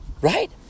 Right